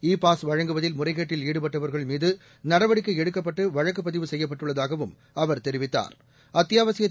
இ pass வழங்குவதில் முறைகேட்டில் ஈடுபடுபவர்கள் மீது நடவடிக்கை எடுக்கப்பட்டு வழக்கு பதிவு செய்யப்பட்டுள்ளதாகவும் அவர் தெரிவித்தாா்